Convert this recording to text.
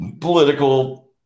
political